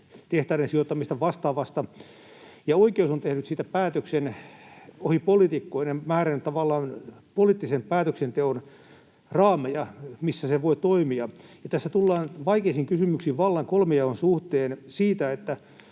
tehtaiden sijoittamisesta tai vastaavasta — ja oikeus on tehnyt siitä päätöksen ohi poliitikkojen ja määrännyt tavallaan poliittisen päätöksenteon raameja, missä se voi toimia. Tässä tullaan vaikeisiin kysymyksiin vallan kolmijaon suhteen siinä, että